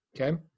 Okay